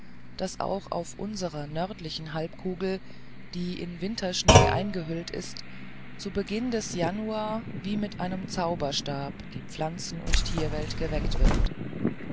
daß auch auf unserer nördlichen halbkugel die in winterschnee eingehüllt ist zu beginn des januar wie mit einem zauberstab die pflanzen und tierwelt erweckt wird